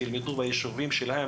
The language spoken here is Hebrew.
כך שיוכלו ללמוד בישובים שלהם,